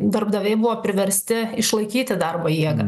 darbdaviai buvo priversti išlaikyti darbo jėgą